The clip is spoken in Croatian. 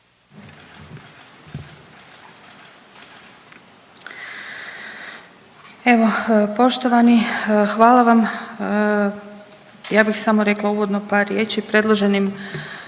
Evo poštovani hvala vam. Ja bih samo rekla uvodno par riječi. Predloženim